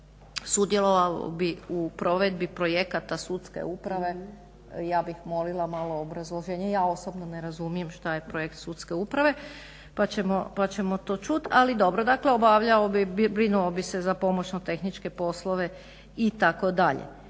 sudjelovao bi u provedbi projekata sudske uprave. Ja bih molila malo obrazloženje, ja osobno ne razumijem što je projekt Sudske uprave pa ćemo to čuti. Ali, dobro. Dakle, obavljao bi, brinuo bi se za pomoćno-tehničke poslove itd. Nije